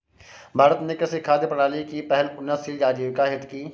भारत ने कृषि खाद्य प्रणाली की पहल उन्नतशील आजीविका हेतु की